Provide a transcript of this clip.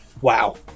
wow